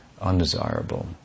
undesirable